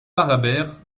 parabère